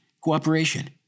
cooperation